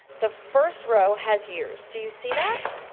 the first row has years. do you see that?